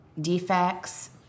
defects